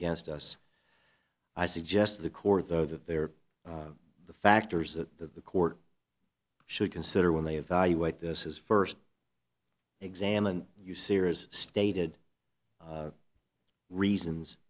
against us i suggest to the court though that they are the factors that the court should consider when they evaluate this is first examined you sears stated reasons